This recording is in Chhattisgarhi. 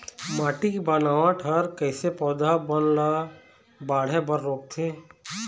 माटी के बनावट हर कइसे पौधा बन ला बाढ़े बर रोकथे?